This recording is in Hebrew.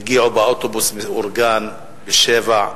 הם הגיעו באוטובוס מאורגן ב-07:00,